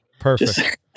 perfect